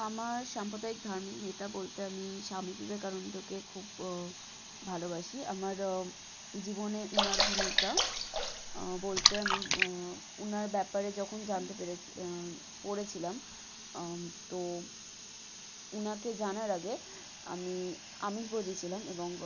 আমার সাম্প্রদায়িক ধার্মিক নেতা বলতে আমি স্বামী বিবেকানন্দকে খুব ভালোবাসি আমার জীবনে ওঁর ভূমিকা বলতে আমি ওঁর ব্যাপারে যখন জানতে পেরেছে পড়েছিলাম তো ওঁকে জানার আগে আমি আমিষ ভোজী ছিলাম এবং